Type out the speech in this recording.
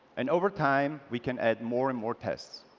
and over time, we can add more and more tests.